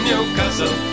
Newcastle